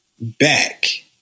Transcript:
back